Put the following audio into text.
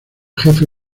jefe